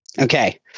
Okay